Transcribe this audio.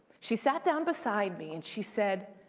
she sat down beside me, and she said,